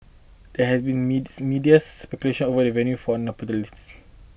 there has been meets media speculation over the venue for the nuptials